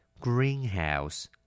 Greenhouse